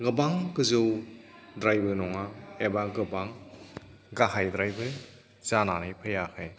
गोबां गोजौद्रायबो नङा एबा गोबां गाहायद्रायबो जानानै फैयाखै